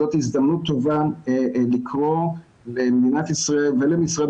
זאת הזדמנות טובה לקרוא למדינת ישראל ולמשרד